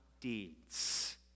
deeds